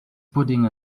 putting